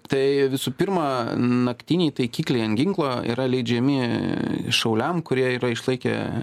tai visų pirma naktiniai taikikliai ant ginklo yra leidžiami šauliam kurie yra išlaikę